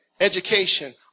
education